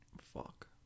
Fuck